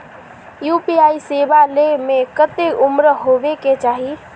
UPI सेवा ले में कते उम्र होबे के चाहिए?